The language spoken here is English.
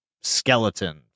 skeleton